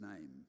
name